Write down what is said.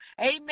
amen